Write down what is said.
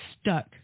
stuck